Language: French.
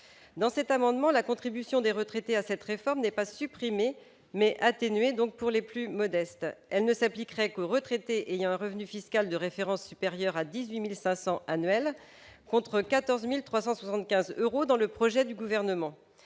tend à ce que la contribution des retraités à cette réforme soit non pas supprimée, mais atténuée pour les plus modestes. Celle-ci ne s'appliquerait qu'aux retraités ayant un revenu fiscal de référence supérieur à 18 500 euros annuels, contre 14 375 euros dans le projet du Gouvernement.